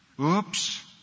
Oops